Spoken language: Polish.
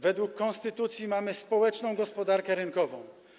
Według konstytucji mamy społeczną gospodarkę rynkową.